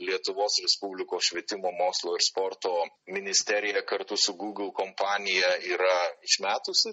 lietuvos respublikos švietimo mokslo ir sporto ministerija kartu su google kompanija yra išmetusi